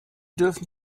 dürfen